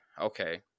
okay